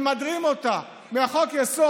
ממדרים אותה מחוק-יסוד,